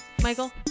michael